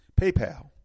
PayPal